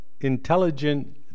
intelligent